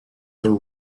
their